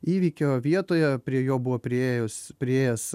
įvykio vietoje prie jo buvo priėjus priėjęs